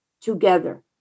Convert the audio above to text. together